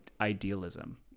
idealism